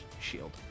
shield